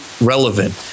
relevant